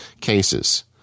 cases –